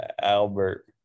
Albert